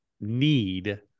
need